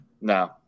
No